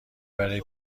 برای